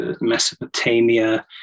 Mesopotamia